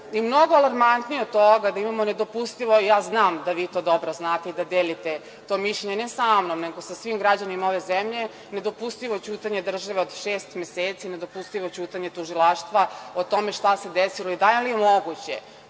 Mnogo arlamantije od toga, da imamo nedopustivo, a ja znam da vi to dobro znate i da delite to mišljenje, ne samnom, nego sa svim građanima ove zemlje, nedopustivo je ćutanje države od šest meseci, nedopustivo je ćutanje tužilaštva o tome šta se desilo. I, da li je moguće